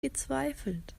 gezweifelt